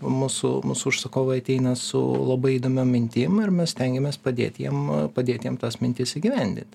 mūsų mūsų užsakovai ateina su labai įdomiom mintim ir mes stengiamės padėti jiem padėt jiem tas mintis įgyvendint